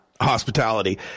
Hospitality